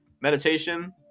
meditation